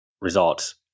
results